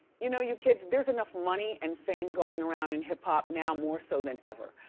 you know you kids, there's enough money and fame going around in hiphop now more so than ever,